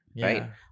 right